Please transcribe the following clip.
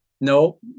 No